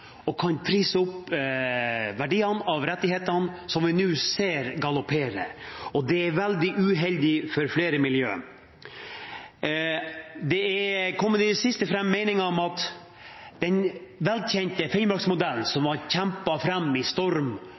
og kan prise opp verdiene av rettighetene, som vi nå ser galopperer, og det er veldig uheldig for flere miljø. Det er i det siste kommet fram meninger om at den velkjente Finnmarksmodellen, som var kjempet fram i storm